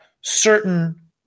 certain